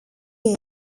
year